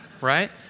right